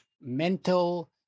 mental